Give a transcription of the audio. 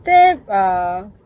uh